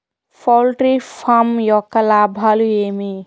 poultry farm యొక్క లాభాలు ఏమి